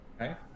Okay